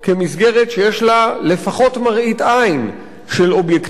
שיש לה לפחות מראית עין של אובייקטיביות,